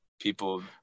people